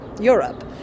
Europe